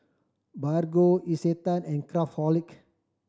Bargo Isetan and Craftholic